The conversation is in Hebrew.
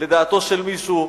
לדעתו של מישהו,